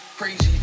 crazy